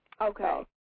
Okay